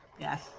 Yes